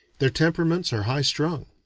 their temperaments are high-strung.